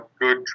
good